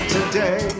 Today